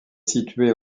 située